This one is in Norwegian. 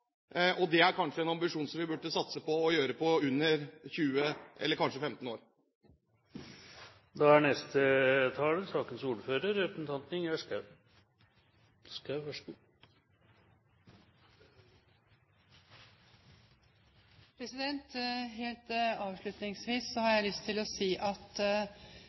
Det er kanskje en ambisjon som vi burde satse på å oppfylle på under 20, kanskje 15, år. Helt avslutningsvis har jeg lyst til å si: Tenk å være så elsket, så omstridt, så